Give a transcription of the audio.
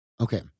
Okay